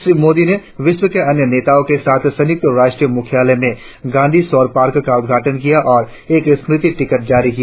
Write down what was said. श्री मोदी ने विश्व के अन्य नेताओं के साथ संयुक्त राष्ट्र मुख्यालय में गांधी सौर पार्क का उद्घाटन किया और एक स्मृति टिकट जारी किया